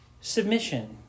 submission